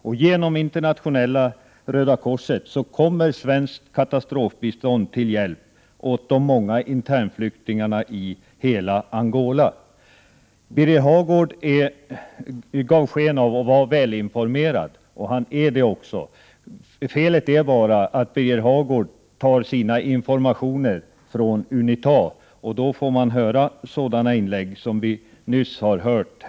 Och genom Internationella Röda korset kommer svenskt katastrofbistånd till hjälp åt de många internflyktingarna i hela Angola. Birger Hagård gav sken av att vara välinformerad, vilket han också är. Felet är bara att han får sina informationer från Unita, och då får man höra sådana inlägg som det som Birger Hagård nyss höll.